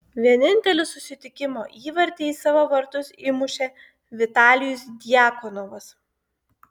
vienintelį susitikimo įvartį į savo vartus įmušė vitalijus djakonovas